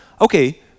Okay